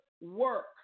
work